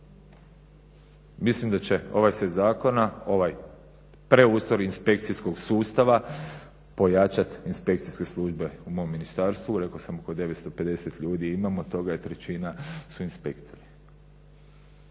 mislim da će ovaj set zakona, ovaj preustroj inspekcijskog sustava pojačati inspekcijske službe u mom ministarstvu. Rekao sam oko 950 ljudi imamo, od toga trećina su inspektori.